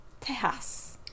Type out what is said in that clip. Tejas